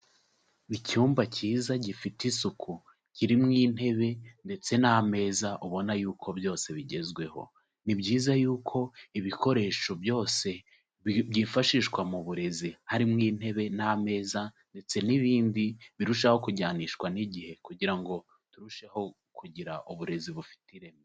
Icyumba kiza gifite isuku kirimo intebe ndetse n'ameza ubona yuko byose bigezweho, ni byiza yuko ibikoresho byose byifashishwa mu burezi harimo intebe n'ameza ndetse n'ibindi, birushaho kujyanishwa n'igihe kugira ngo turusheho kugira uburezi bufite ireme.